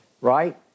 Right